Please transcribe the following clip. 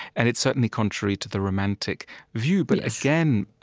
and it's certainly contrary to the romantic view. but again,